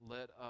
Let